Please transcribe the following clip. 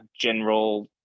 general